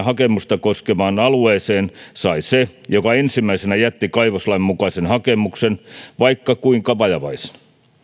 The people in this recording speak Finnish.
hakemusta koskevaan alueeseen sai se joka ensimmäisenä jätti kaivoslain mukaisen hakemuksen vaikka kuinka vajavaisen